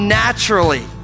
naturally